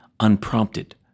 unprompted